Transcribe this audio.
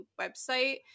website